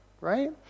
right